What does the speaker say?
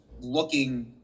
looking